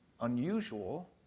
unusual